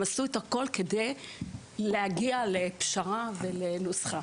עשו את הכול כדי להגיע לפשרה ולנוסחה.